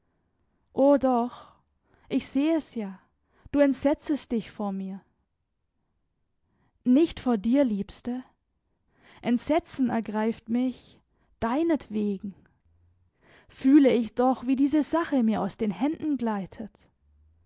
doch ich seh es ja du entsetzest dich vor mir nicht vor dir liebste entsetzen ergreift mich deinetwegen fühle ich doch wie diese sache mir aus den händen gleitet